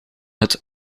het